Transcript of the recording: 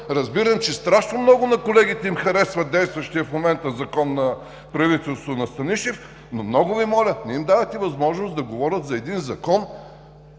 Разбирам, че страшно много на колегите им харесва действащият в момента Закон на правителството на Станишев, но много Ви моля, не им давайте възможност да говорят за един Закон,